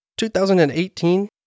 2018